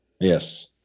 Yes